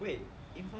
wait